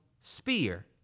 spear